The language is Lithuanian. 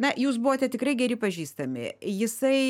na jūs buvote tikrai geri pažįstami jisai